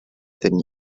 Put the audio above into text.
than